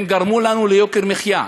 הם גרמו לנו ליוקר מחיה,